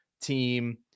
team